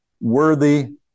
Worthy